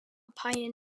pioneer